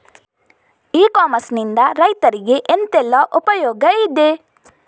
E commerce ನಿಂದ ರೈತರಿಗೆ ಎಂತೆಲ್ಲ ಉಪಯೋಗ ಇದೆ?